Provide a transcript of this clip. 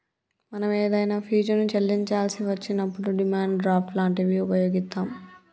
మనం ఏదైనా ఫీజుని చెల్లించాల్సి వచ్చినప్పుడు డిమాండ్ డ్రాఫ్ట్ లాంటివి వుపయోగిత్తాం